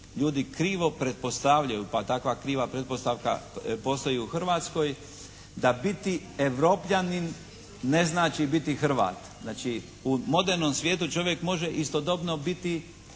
ljudi krivo pretpostavljaju, pa takva kriva pretpostavka postoji u Hrvatskoj da biti Europljanin ne znači biti Hrvat. Znači u modernom svijetu čovjek može istodobno biti